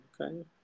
okay